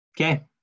Okay